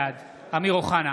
בעד אמיר אוחנה,